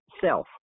self